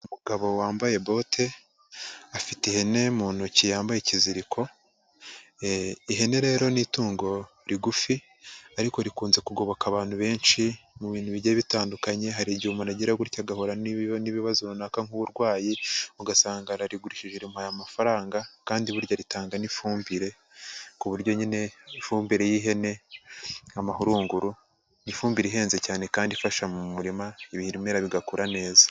Umugabo wambaye bote afite ihene mu ntoki yambaye ikiziriko. Ihene rero ni itungo rigufi, ariko rikunze kugoboka abantu benshi mu bintu bigiye bitandukanye. Hari igihe umuntu agira gutya agahura n'ibibazo runaka, nk'uburwayi, ugasanga ararigurishije rimuhaye amafaranga, kandi burya ritanga n'ifumbire ku buryo nyine ifumbire y'ihene nk'amahurunguru, ni ifumbire ihenze cyane, kandi ifasha mu murima ibimera bigakura neza.